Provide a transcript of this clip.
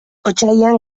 otsailean